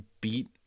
Beat